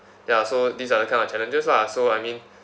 ya so these are the kind of challenges lah so I mean